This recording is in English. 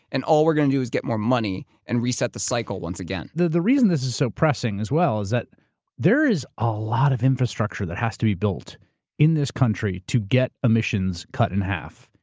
and all we're going to do is get more money, and reset the cycle once again. the the reason this is so pressing, as well, is that there is a lot of infrastructure that has to be built in this country to get emissions cut in half,